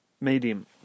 Medium